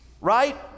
Right